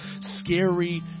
scary